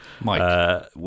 Mike